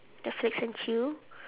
netflix and chill